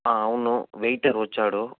అవును వెయిటర్ వచ్చాడు